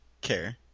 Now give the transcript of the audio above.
care